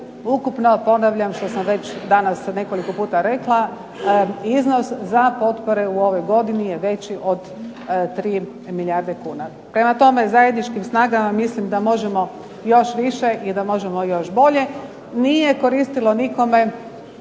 Ukupno, ponavljam, što sam već danas nekoliko puta rekla, iznos za potpore u ovoj godini je veći od 3 milijarde kuna. Prema tome, zajedničkim snagama mislim da možemo još više i da možemo još bolje. Nije koristilo nikome